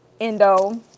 Endo